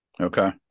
Okay